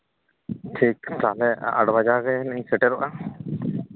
ᱴᱷᱤᱠ ᱛᱟᱦᱚᱞᱮ ᱟᱴ ᱵᱟᱡᱟ ᱜᱮᱧ ᱥᱮᱴᱮᱨᱚᱜᱼᱟ